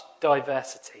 diversity